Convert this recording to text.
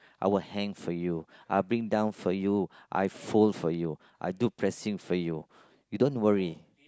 I will hang for you I will bring down for you I'll fold for you I'll do pressing for you you don't worry